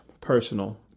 personal